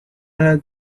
has